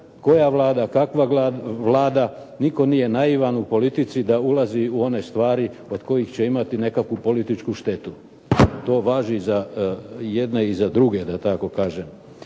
koja Vlada, kakva Vlada. Nitko nije naivan u politici da ulazi u one stvari od kojih će imati nekakvu političku štetu. To važi za jedne i za druge, da tako kažem.